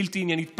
בלתי עניינית.